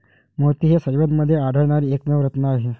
मोती हे सजीवांमध्ये आढळणारे एकमेव रत्न आहेत